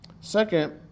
Second